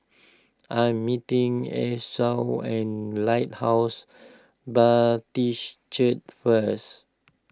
I am meeting Esau at Lighthouse Baptist Church first